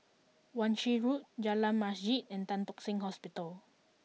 Wan Shih Road Jalan Masjid and Tan Tock Seng Hospital